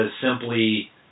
simply